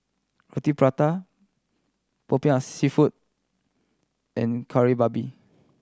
Roti Prata Popiah Seafood and Kari Babi